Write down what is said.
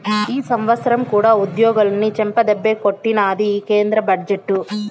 ఈ సంవత్సరం కూడా ఉద్యోగులని చెంపదెబ్బే కొట్టినాది ఈ కేంద్ర బడ్జెట్టు